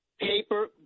Paper